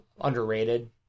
underrated